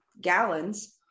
gallons